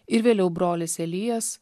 ir vėliau brolis elijas